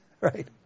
right